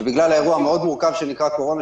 ובגלל האירוע המאוד מורכב שנקרא "קורונה",